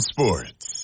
Sports